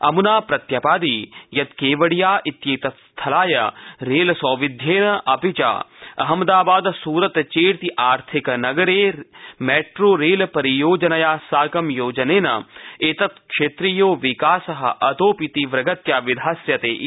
अमुना प्रत्यवादि यतु केवडिया इत्येततु स्थलाय रेलसौबिध्येन अपि च अहमदाबाद सूरत चेति अर्थिक नगराभ्यां मेट्रो रेल परियोजनया योजनेन एतत्क्षेत्रीयो विकासः अतोऽपि तीव्रगत्या विधास्यते इति